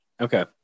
Okay